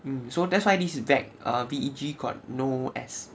um so that's why this veg err V E G got not S